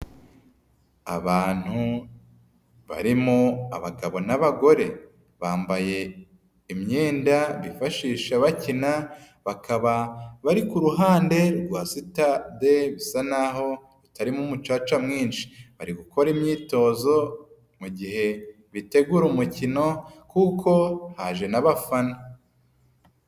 Abantu barimo abagabo n'abagore bambaye imyenda bifashisha bakina, bakaba bari ku ruhande rwa sitade bisa naho itarimo umucaca mwinshi, bari gukora imyitozo mu gihe bitegura umukino kuko haje n'abafana.